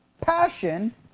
passion